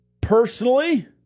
personally